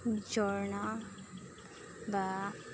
ঝৰ্ণা বা